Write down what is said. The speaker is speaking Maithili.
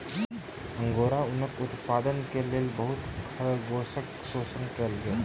अंगोरा ऊनक उत्पादनक लेल बहुत खरगोशक शोषण कएल गेल